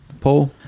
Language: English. Paul